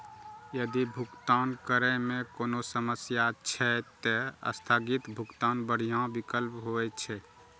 यदि भुगतान करै मे कोनो समस्या छै, ते स्थगित भुगतान बढ़िया विकल्प होइ छै